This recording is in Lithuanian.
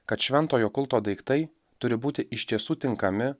kad šventojo kulto daiktai turi būti iš tiesų tinkami